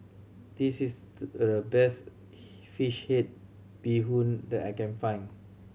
this is the best fish head bee hoon that I can find